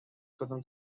کدوم